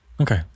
Okay